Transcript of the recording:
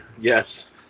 Yes